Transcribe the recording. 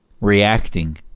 reacting